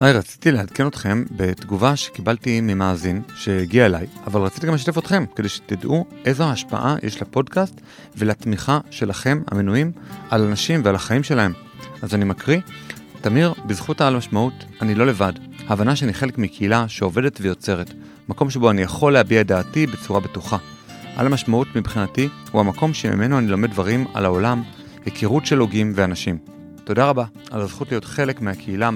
היי, רציתי להתקן אתכם בתגובה שקיבלתי ממאזין שהגיעה אליי, אבל רציתי גם לשתף אתכם כדי שתדעו איזו ההשפעה יש לפודקאסט ולתמיכה שלכם המנויים על הנשים ועל החיים שלהם. אז אני מקריא, תמיר, בזכות על משמעות אני לא לבד. ההבנה שאני חלק מקהילה שעובדת ויוצרת, מקום שבו אני יכול להביע דעתי בצורה בטוחה. העל המשמעות מבחינתי הוא המקום שממנו אני לומד דברים על העולם, היכרות של הוגים ואנשים. תודה רבה על הזכות להיות חלק מהקהילה.